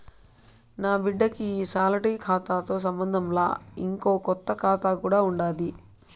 నాబిడ్డకి ఈ సాలరీ కాతాతో సంబంధంలా, ఇంకో కొత్త కాతా కూడా ఉండాది